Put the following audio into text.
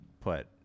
put